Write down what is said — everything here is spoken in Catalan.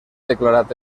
declarat